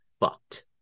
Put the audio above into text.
fucked